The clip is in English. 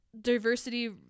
diversity